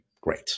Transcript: great